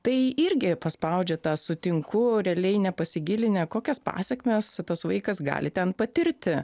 tai irgi paspaudžia tą sutinku realiai nepasigilinę kokias pasekmes tas vaikas gali ten patirti